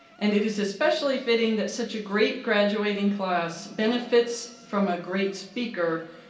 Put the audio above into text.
and it is especially fitting that such a great graduating class benefits from a great speaker,